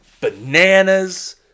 bananas